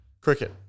Cricket